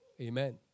Amen